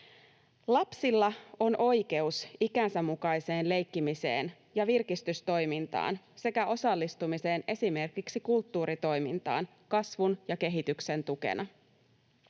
Lapsilla on oikeus ikänsä mukaiseen leikkimiseen ja virkistystoimintaan sekä osallistumiseen esimerkiksi kulttuuritoimintaan kasvun ja kehityksen tukena.